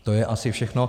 To je asi všechno.